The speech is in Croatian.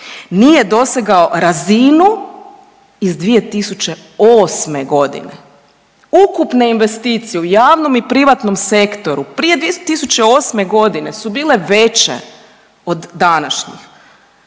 nije dosegao razinu iz 2008.g. Ukupne investicije u javnom i privatnom sektoru prije 2008.g. su bile veće od današnjih